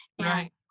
Right